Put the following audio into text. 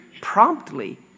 promptly